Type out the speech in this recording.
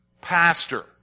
Pastor